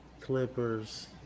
clippers